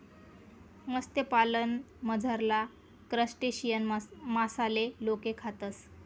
मत्स्यपालनमझारला क्रस्टेशियन मासाले लोके खातस